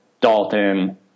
Dalton